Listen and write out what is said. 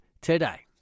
today